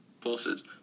forces